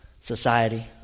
society